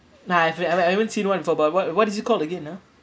nah I haven't seen one for but what what did you call again ah